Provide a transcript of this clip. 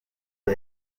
ubu